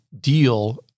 deal